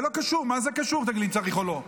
זה לא קשור, מה זה קשור, תגיד לי, אם צריך או לא?